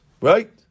Right